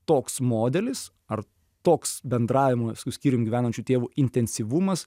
toks modelis ar toks bendravimas su skyrium gyvenančiu tėvu intensyvumas